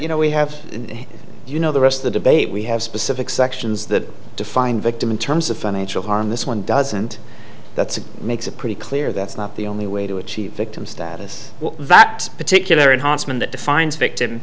you know we have you know the rest of the debate we have specific sections that define victim in terms of financial harm this one doesn't that's makes it pretty clear that's not the only way to achieve victim status that particular